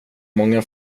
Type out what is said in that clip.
många